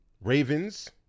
Ravens